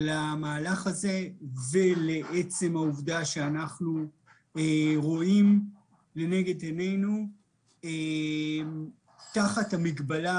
למהלך הזה ולעצם העובדה שאנחנו רואים לנגד עינינו תחת המגבלה